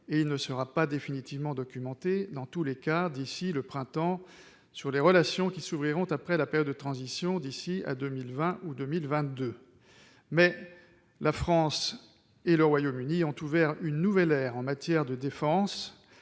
et il ne sera pas définitivement documenté, dans tous les cas, d'ici au printemps, en ce qui concerne les relations qui s'ouvriront après la période de transition, d'ici à 2020 ou à 2022. La France et le Royaume-Uni ont ouvert une nouvelle ère dans leurs relations